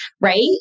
Right